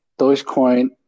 Dogecoin